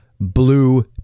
Blue